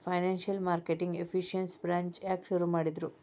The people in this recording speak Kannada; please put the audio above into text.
ಫೈನಾನ್ಸಿಯಲ್ ಮಾರ್ಕೆಟಿಂಗ್ ಎಫಿಸಿಯನ್ಸಿ ಬ್ರಾಂಚ್ ಯಾಕ್ ಶುರು ಮಾಡಿದ್ರು?